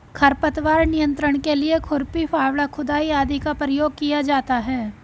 खरपतवार नियंत्रण के लिए खुरपी, फावड़ा, खुदाई आदि का प्रयोग किया जाता है